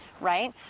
right